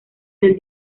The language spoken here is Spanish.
del